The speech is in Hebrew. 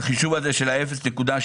החישוב הזה של ה-0.7.